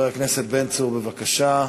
בבקשה.